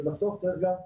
ובסוף צריך גם אופרציה,